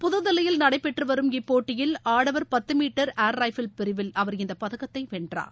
புதுதில்லியில் நடைபெற்று வரும் இப்போட்டியில் ஆடவர் பத்து மீட்டர் ஏர் ரைஃபிள் பிரிவில் அவர் இந்த பதக்கத்தை வென்றார்